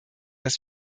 das